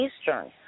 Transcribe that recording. Eastern